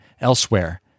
elsewhere